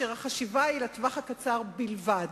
חשיבה לטווח הקצר בלבד.